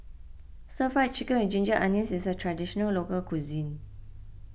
Stir Fried Chicken with Ginger Onions is a Traditional Local Cuisine